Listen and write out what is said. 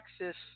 Texas